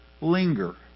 linger